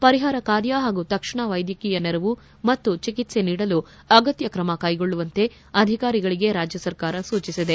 ಪರಿಹಾರ ಕಾರ್ಯ ಹಾಗೂ ತಕ್ಷಣ ವೈದ್ಯಕೀಯ ನೆರವು ಮತ್ತು ಚಿಕಿತ್ಸೆ ನೀಡಲು ಅಗತ್ತ ಕ್ರಮಕ್ಟೆಗೊಳ್ಳುವಂತೆ ಅಧಿಕಾರಿಗಳಿಗೆ ರಾಜ್ಯಸರ್ಕಾರ ಸೂಚಿಸಿದೆ